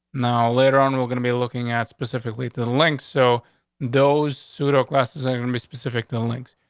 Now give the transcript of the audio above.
now, later on, we're gonna be looking at specifically the links. so those pseudo classes are gonna be specific. the links,